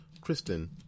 Kristen